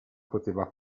poteva